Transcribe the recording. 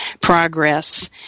progress